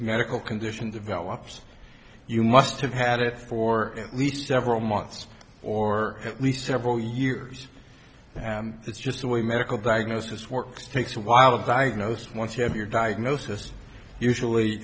medical condition develops you must have had it for at least several months or at least several years and that's just the way medical diagnosis works takes a while diagnosed once you have your diagnosis usually